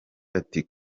ati